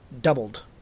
doubled